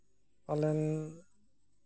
ᱯᱟᱞᱮᱱ